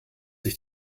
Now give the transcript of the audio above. sich